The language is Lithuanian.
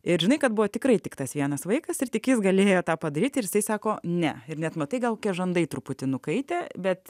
ir žinai kad buvo tikrai tik tas vienas vaikas ir tik jis galėjo tą padaryt ir sako ne ir net matai gal kie žandai truputį nukaitę bet